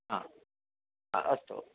हा अस्तु